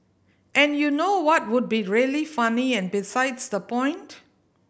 and you know what would be really funny and besides the point